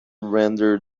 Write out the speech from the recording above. render